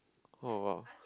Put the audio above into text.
oh !wow!